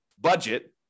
budget